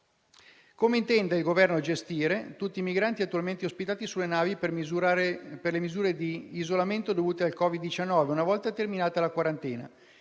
come il Governo intenda gestire tutti i migranti attualmente ospitati sulle navi per le misure di isolamento dovute al Covid-19 una volta terminata la quarantena